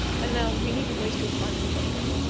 and now, we needn't waste your time any longer.